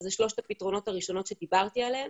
שזה שלושת הפתרונות הראשונים שדיברתי עליהם